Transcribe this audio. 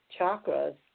chakras